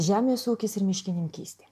žemės ūkis ir miškininkystė